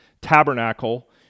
Tabernacle